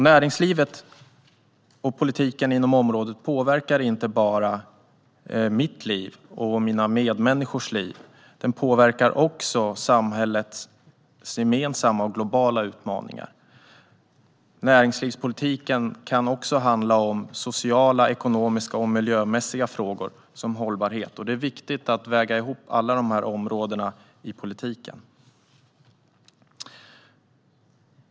Näringslivet och politiken inom området påverkar inte bara mitt liv och mina medmänniskors liv utan också samhällets gemensamma och globala utmaningar. Näringslivspolitiken kan också handla om sociala, ekonomiska och miljömässiga frågor, som hållbarhet. Det är viktigt att väga ihop alla de här områdena i politiken.